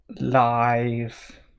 live